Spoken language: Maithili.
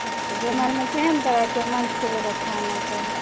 तऽ जयमालमे केहन तरहके मञ्चके व्यवस्था होना चाही